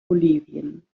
bolivien